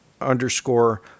underscore